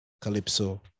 Calypso